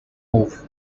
move